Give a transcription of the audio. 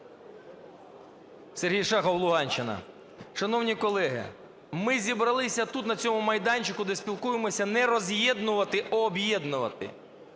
Сергій Шахов, Луганщина. Шановні колеги, ми зібралися тут, на цьому майданчику, де спілкуємося, не роз'єднувати, а об'єднувати.